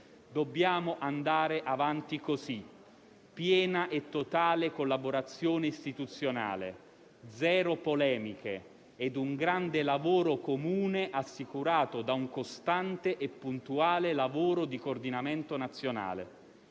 Dobbiamo andare avanti così. Ci vogliono piena e totale collaborazione istituzionale, zero polemiche e un grande lavoro comune assicurato da un costante e puntuale lavoro di coordinamento nazionale.